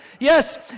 Yes